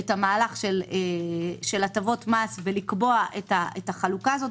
את המהלך של הטבות מס ולקבוע את החלוקה הזאת.